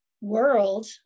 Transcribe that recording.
world